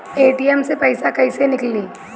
ATM से पइसा कइसे निकली?